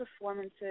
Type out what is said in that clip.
performances